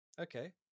okay